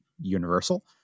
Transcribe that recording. universal